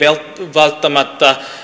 välttämättä